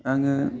आङो